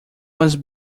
was